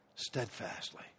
steadfastly